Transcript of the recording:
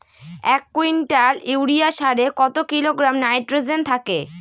এক quintal urea সারে কত কিলোগ্রাম নাইট্রোজেন থাকে?